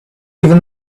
even